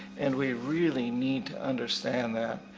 and we really need to understand that.